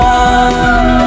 one